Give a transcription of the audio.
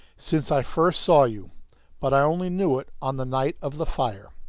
since i first saw you but i only knew it on the night of the fire.